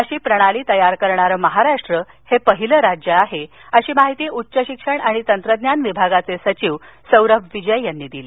अशी प्रणाली तयार करणारं महाराष्ट्र हे पहिलं राज्य आहे अशी माहिती उच्च शिक्षण आणि तंत्रज्ञान विभागाचे सचिव सौरभ विजय यांनी दिली